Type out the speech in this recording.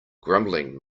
grumbling